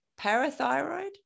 parathyroid